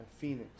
Phoenix